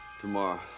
Tomorrow